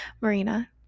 Marina